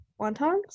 wontons